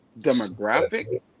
demographic